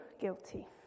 guilty